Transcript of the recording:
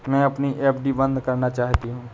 मैं अपनी एफ.डी बंद करना चाहती हूँ